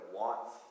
wants